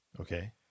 okay